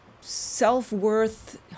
self-worth